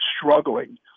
struggling